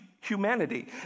humanity